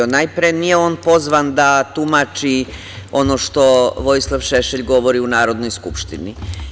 Najpre, nije on pozvan da tumači ono što Vojislav Šešelj govori u Narodnoj skupštini.